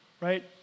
right